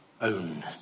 own